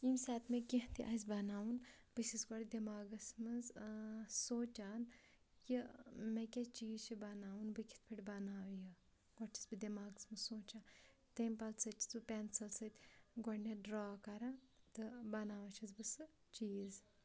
ییٚمہِ ساتہٕ مےٚ کینٛہہ تہِ آسہِ بَناوُن بہٕ چھس گۄڈٕ دٮ۪ماغَس منٛز سونٛچان کہِ مےٚ کیٛاہ چیٖز چھِ بَناوُن بہٕ کِتھ پٲٹھۍ بَناوٕ یِم پَتہٕ چھس بہٕ دٮ۪ماغَس منٛز سونٛچان تیٚمہِ پَتہٕ سا چھس بہٕ پٮ۪نسَل سۭتۍ گۄڈنٮ۪تھ ڈرٛا کَران تہٕ بَناوان چھس بہٕ سُہ چیٖز